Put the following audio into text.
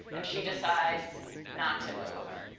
and she decides not to move.